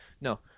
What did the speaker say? No